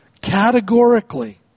categorically